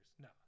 no